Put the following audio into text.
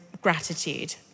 gratitude